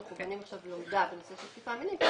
אנחנו בונים עכשיו לומדה בנושא של תקיפה מינית.